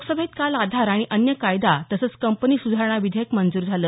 लोकसभेत काल आधार आणि अन्य कायदा तसंच कंपनी सुधारणा विधेयक मंजूर झालं